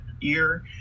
year